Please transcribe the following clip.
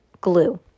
glue